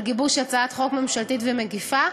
על גיבוש הצעת חוק ממשלתית מקיפה.